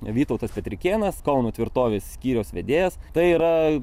vytautas petrikėnas kauno tvirtovės skyriaus vedėjas tai yra